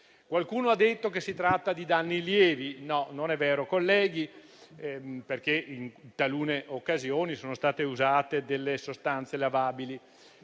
Qualcuno ha detto che si tratta di danni lievi; no, non è vero, colleghi, perché in talune occasioni sono state usate sostanze lavabili,